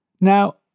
Now